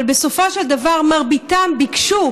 אבל בסופו של דבר, מרביתם ביקשו